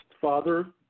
Father